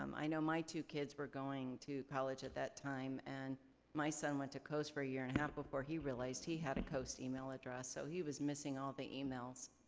um i know my two kids were going to college at that time and my son went to coast for a year and a half before he realized he had a coast email address so he was missing all the emails.